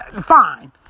fine